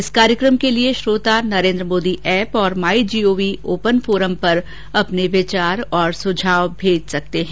इस कार्यक्रम के लिए श्रोता नरेन्द्र मोदी एप और माई जीओवी ओपन फोरम पर अपने विचार और सुझाव भेज सकते हैं